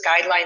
guidelines